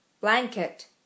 Blanket